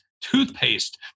Toothpaste